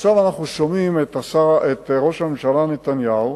עכשיו אנחנו שומעים את ראש הממשלה נתניהו